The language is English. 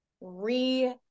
re